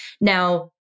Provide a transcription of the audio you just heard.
Now